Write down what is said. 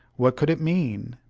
what could it mean?